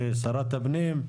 לשרת הפנים,